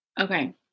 Okay